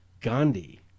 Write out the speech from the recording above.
Gandhi